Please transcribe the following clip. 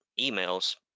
emails